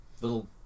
little